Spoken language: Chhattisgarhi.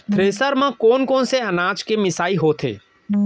थ्रेसर म कोन कोन से अनाज के मिसाई होथे?